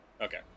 okay